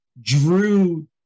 drew